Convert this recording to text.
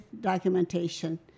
documentation